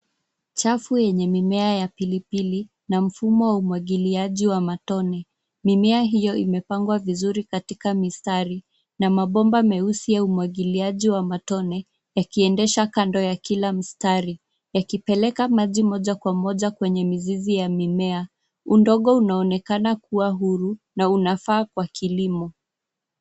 Chafu yenye mimea ya pilipili na mfumo wa umwagiliaji wa matone. Mimea hiyo imepangwa vizuri katika mistari na mabomba meusi ya umwagiliaji wa matone wakiendesha kando ya kila mstari yakipeleka maji moja kwa moja kwenye mizizi ya mimea. Udongo unaonekana kuwa huru na unafaa kwa kilimo.